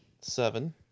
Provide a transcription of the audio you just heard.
Seven